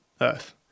Earth